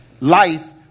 life